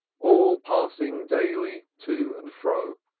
all passing daily to and fro.